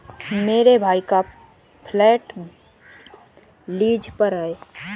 मेरे भाई का फ्लैट लीज पर है